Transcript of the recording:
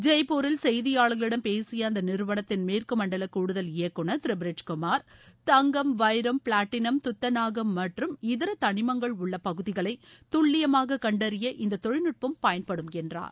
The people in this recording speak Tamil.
ஜெய்பூரில் செய்தியாளர்களிடம் பேசிய அந்த நிறுவனத்தின் மேற்கு மண்டல கூடுதல் இயக்குநர் திரு பிரிட்ஜ்குமார் தங்கம் வைரம் பிளாட்டினம் துத்தநாகம் மற்றும் இதர தனிமங்கள் உள்ள பகுதிகளை துல்லியமாக கண்டறிய இந்த தொழில்நுட்பம் பயன்படும் என்றார்